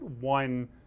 one